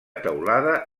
teulada